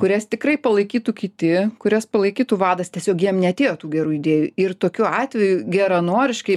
kurias tikrai palaikytų kiti kurias palaikytų vadas tiesiog jiem ne tiek tų gerų idėjų ir tokiu atveju geranoriškai